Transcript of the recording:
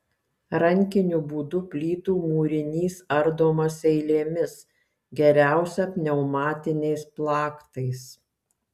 rankiniu būdu plytų mūrinys ardomas eilėmis geriausia pneumatiniais plaktais